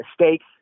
mistakes